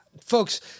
folks